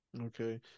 Okay